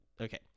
okay